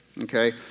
okay